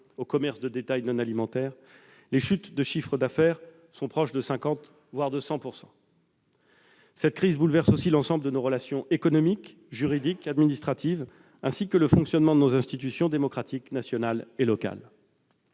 au commerce de détail non alimentaire -, les chutes de chiffre d'affaires sont proches de 50 %, voire de 100 %. Cette crise bouleverse aussi l'ensemble de nos relations économiques, juridiques, administratives, ainsi que le fonctionnement de nos institutions démocratiques, nationales et locales.